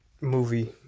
Movie